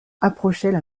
approchaient